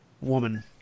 woman